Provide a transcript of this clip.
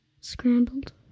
Scrambled